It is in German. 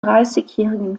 dreißigjährigen